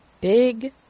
big